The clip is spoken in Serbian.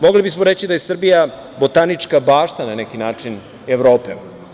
Mogli bismo reći da je Srbija botanička bašta na neki način Evrope.